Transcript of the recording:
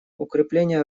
укрепление